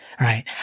right